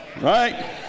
Right